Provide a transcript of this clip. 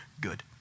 good